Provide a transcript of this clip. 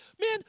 man